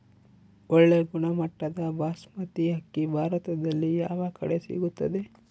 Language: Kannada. ಒಳ್ಳೆ ಗುಣಮಟ್ಟದ ಬಾಸ್ಮತಿ ಅಕ್ಕಿ ಭಾರತದಲ್ಲಿ ಯಾವ ಕಡೆ ಸಿಗುತ್ತದೆ?